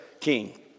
king